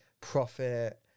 profit